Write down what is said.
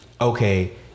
okay